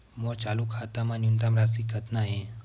मोर चालू खाता मा न्यूनतम राशि कतना हे?